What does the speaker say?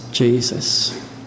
Jesus